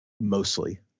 mostly